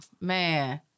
Man